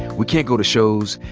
we can't go to shows.